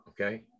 okay